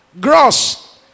Gross